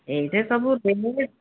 ଏଇଠି ସବୁ ଦେବେ